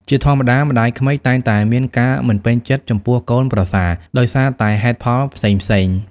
ជាធម្មតា ម្តាយក្មេកតែងតែមានការមិនពេញចិត្តចំពោះកូនប្រសា ដោយសារតែហេតុផលផ្សេងៗ។